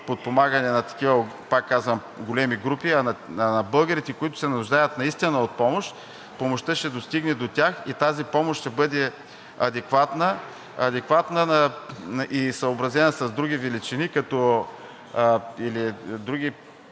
подпомагане на такива, пак казвам, големи групи, а на българите, които се нуждаят наистина от помощ, като помощта ще достигне до тях и тази помощ ще бъде адекватна и съобразена с други дадености,